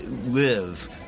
live